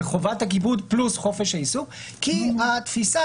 בחובת הכיבוד פלוס חופש העיסוק כי התפיסה,